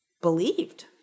believed